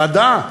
מדע?